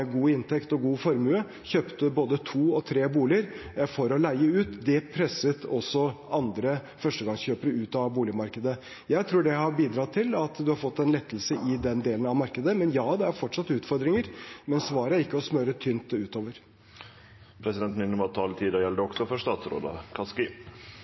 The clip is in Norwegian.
god inntekt og god formue kjøpte både to og tre boliger for å leie ut. Det presset andre førstegangskjøpere ut av boligmarkedet. Jeg tror det har bidratt til at man har fått en lettelse i den delen av markedet. Men ja, det er fortsatt utfordringer , men svaret er ikke å smøre tynt utover. Presidenten minner om at taletida gjeld også for statsrådar. Det